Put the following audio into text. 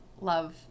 love